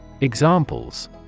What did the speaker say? Examples